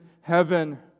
heaven